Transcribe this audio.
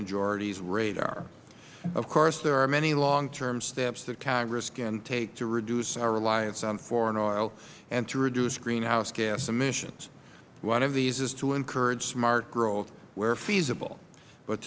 majority's radar of course there are many long term steps that congress can take to reduce our reliance on foreign oil and to reduce greenhouse gas emissions one of these is to encourage smart growth where feasible but